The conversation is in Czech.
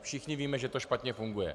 Všichni víme, že to špatně funguje.